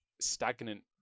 stagnant